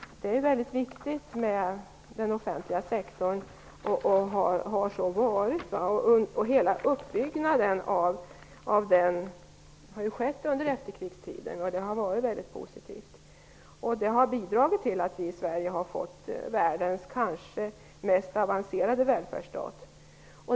Den offentliga sektorn är mycket viktig, och har så varit. Uppbyggnaden av den har ju skett under efterkrigstiden, och det har varit mycket positivt. Det har bidragit till att vi i Sverige har fått världens kanske mest avancerade välfärdsstat.